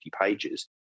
pages